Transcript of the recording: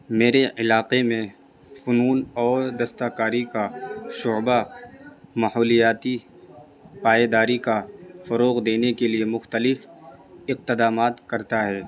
میرے علاقے میں فنون اور دستہ کاری کا شعبہ ماحولیاتی پائیداری کا فروغ دینے کے لیے مختلف اقدامات کرتا ہے